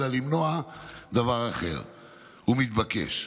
למנוע דבר אחר ומתבקש.